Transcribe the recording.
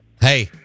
Hey